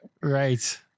Right